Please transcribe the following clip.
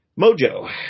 Mojo